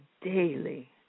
daily